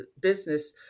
business